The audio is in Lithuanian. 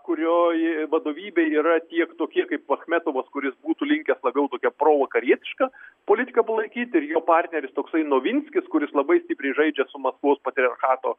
kurioj vadovybėj yra tiek tokie kaip achmetovas kuris būtų linkęs labiau tokią provakarietišką politiką palaikyti ir jo partneris toksai novinskis kuris labai stipriai žaidžia su maskvos patriarchato